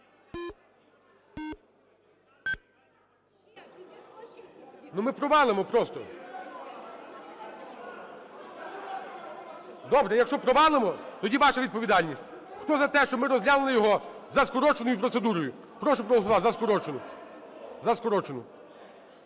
Ну, ми провалимо просто. Добре, якщо провалимо, тоді – ваша відповідальність. Хто за те, щоб ми розглянули його за скороченою процедурою? Прошу проголосувати за скорочену. За скорочену.